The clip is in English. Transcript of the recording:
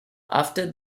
after